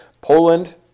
Poland